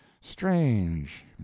strange